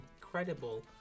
incredible